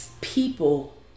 people